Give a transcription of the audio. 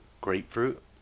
grapefruit